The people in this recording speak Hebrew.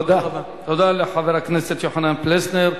תודה לחבר הכנסת יוחנן פלסנר.